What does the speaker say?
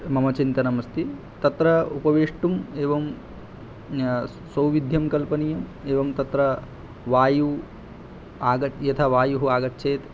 मम चिन्तनमस्ति तत्र उपवेष्टुम् एवं सौविद्ध्यं कल्पनीयम् एवं तत्र वायु आग यथा वायुः आगच्छेत्